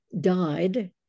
died